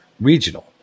Regional